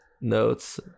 notes